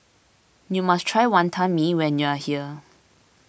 you must try Wantan Mee when you are here